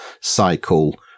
cycle